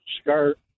skirt